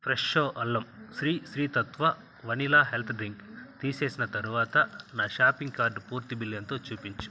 Fresho అల్లం Sri Sri Tattva vanilla health drink తీసేసిన తరువాత నా షాపింగ్ కార్టు పూర్తి బిల్లు ఎంతో చూపించు